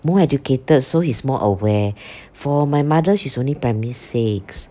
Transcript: more educated so he's more aware for my mother she's only primary six